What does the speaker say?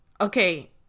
okay